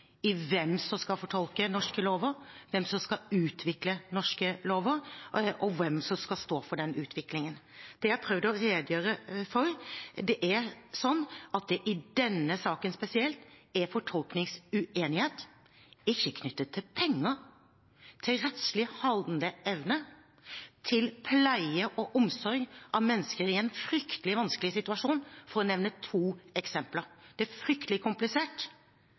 i hvem som skal fortolke norske lover, hvem som skal utvikle norske lover, og hvem som skal stå for den utviklingen. Det har jeg prøvd å redegjøre for. Det er sånn at i denne saken spesielt er det fortolkningsuenighet – ikke knyttet til penger, men til rettslig handleevne og til pleie og omsorg av mennesker i en fryktelig vanskelig situasjon, for å nevne to eksempler. Det er fryktelig komplisert,